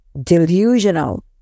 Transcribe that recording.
delusional